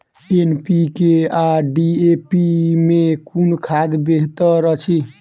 NPK आ DAP मे कुन खाद बेहतर अछि?